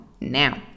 now